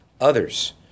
others